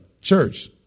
church